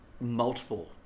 multiple